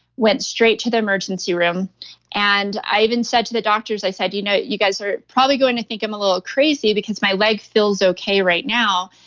went straight to the emergency room and i even said to the doctors, i said, you know you guys are probably going to think i'm a little crazy because my leg feels okay right now,